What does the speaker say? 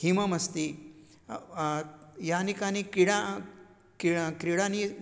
हिममस्ति यानि कानि क्रीडा किं क्रीडाः